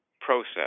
process